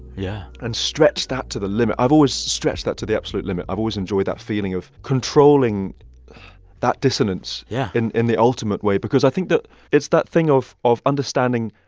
yeah. and stretch that to the limit. i've always stretched that to the absolute limit. i've always enjoyed that feeling of controlling that dissonance. yeah. in in the ultimate way because i think that it's that thing of of understanding,